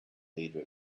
leader